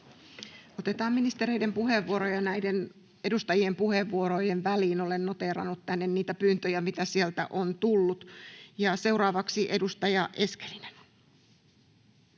Otetaan ministereiden puheenvuoroja edustajien puheenvuorojen väliin. Olen noteerannut tänne niitä pyyntöjä, mitä sieltä on tullut. — Seuraavaksi edustaja Eskelinen.